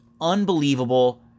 unbelievable